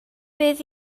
bydd